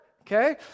okay